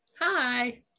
Hi